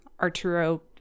arturo